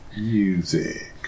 music